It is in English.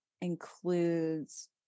includes